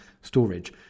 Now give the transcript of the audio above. storage